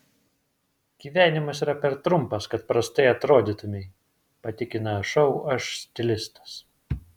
gyvenimas yra per trumpas kad prastai atrodytumei patikina šou aš stilistas